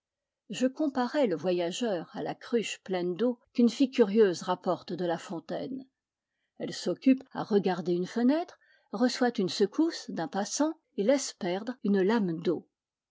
je comparais le voyageur à la cruche pleine d'eau qu'une fille curieuse rapporte de la fontaine elle s'occupe à regarder une fenêtre reçoit une secousse d'un passant et laisse perdre une lame d'eau